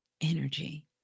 energy